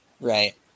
Right